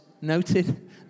noted